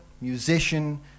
musician